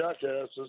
jackasses